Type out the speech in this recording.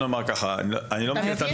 אני לא מכיר את המקרה.